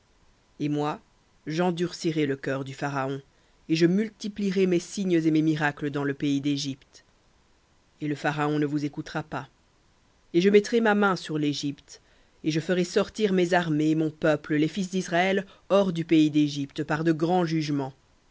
et moi j'endurcirai le cœur du pharaon et je multiplierai mes signes et mes miracles dans le pays dégypte et le pharaon ne vous écoutera pas et je mettrai ma main sur l'égypte et je ferai sortir mes armées mon peuple les fils d'israël hors du pays d'égypte par de grands jugements